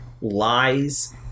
lies